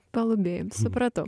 palubėj supratau